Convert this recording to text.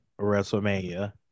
Wrestlemania